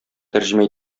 тәрҗемә